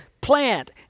plant